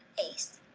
ace.